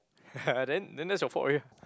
then then that's your fault already ah